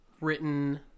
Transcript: written